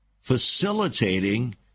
facilitating